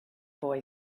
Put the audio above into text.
boy